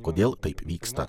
kodėl taip vyksta